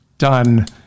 done